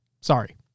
Sorry